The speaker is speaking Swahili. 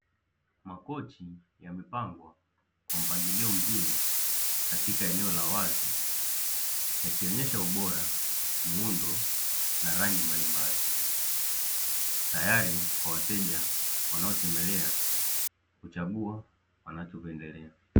Makochi yamepangwa kwa mpangilio mzuri katika eneo la wazi yakionyesha: ubora, muundo na rangi mbalimbali, tayari kwa wateja wanaotembela kuchagua wanachopendelea.